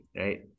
right